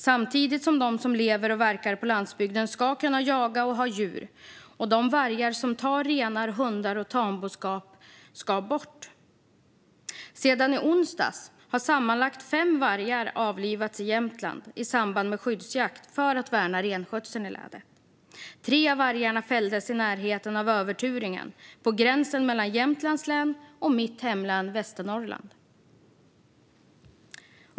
Samtidigt ska de som lever och verkar på landsbygden kunna jaga och ha djur, och de vargar som tar renar, hundar och tamboskap ska bort. Sedan i onsdags har sammanlagt fem vargar avlivats i Jämtland i samband med skyddsjakt för att värna renskötseln i länet. Tre av vargarna fälldes i närheten av Överturingen, på gränsen mellan Jämtlands län och mitt hemlän Västernorrland.